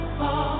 fall